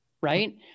Right